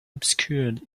obscured